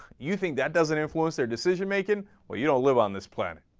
you think that doesn't influence their decision making where you know live on this planet